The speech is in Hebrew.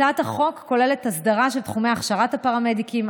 הצעת החוק כוללת הסדרה של תחומי הכשרת הפרמדיקים,